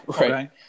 Right